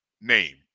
name